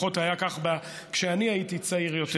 לפחות היה כך כשאני הייתי צעיר יותר.